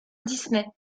disney